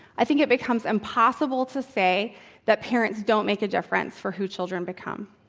i think it becomes impossible to say that parents don't make a difference for who children become.